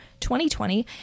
2020